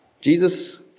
Jesus